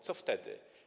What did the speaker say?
Co wtedy?